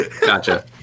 gotcha